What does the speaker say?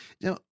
Now